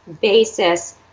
basis